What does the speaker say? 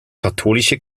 katholische